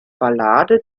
ballade